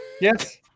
Yes